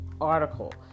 article